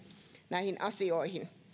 näihin asioihin